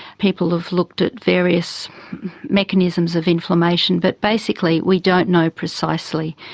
people have looked at various mechanisms of inflammation, but basically we don't know precisely.